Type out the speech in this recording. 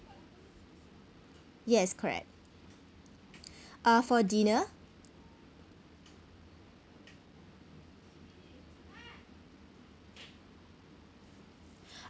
yes correct uh for dinner